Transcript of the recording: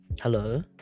Hello